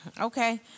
Okay